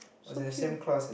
so cute